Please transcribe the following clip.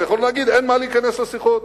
ויכולנו להגיד: אין מה להיכנס לשיחות.